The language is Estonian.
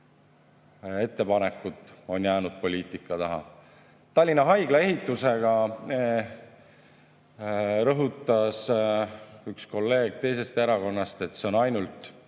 ettepanekut on jäänud poliitika taha. Tallinna Haigla ehitusega [seoses] rõhutas üks kolleeg teisest erakonnast, et see on ainult